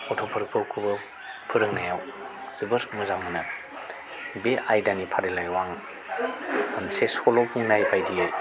गथ'फोरखौबो फोरोंनायाव जोबोर मोजां मोनो बे आयदानि फारिलायाव आं मोनसे सल' बुंनाय बायदियै